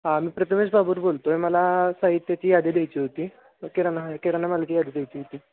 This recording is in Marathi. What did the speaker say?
हा मी प्रथमेश बोलतो आहे मला साहित्याची यादी द्यायची होती किराणा किराणा मालाची यादी द्यायची होती